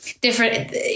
different